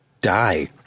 die